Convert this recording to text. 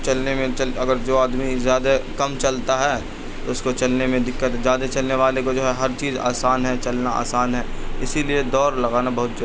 چلنے میں چل اگر جو آدمی زیادہ کم چلتا ہے تو اس کو چلنے میں دقت زیادہ چلنے والے کو جو ہے ہر چیز آسان ہے چلنا آسان ہے اسی لیے دوڑ لگانا بہت